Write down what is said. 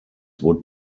would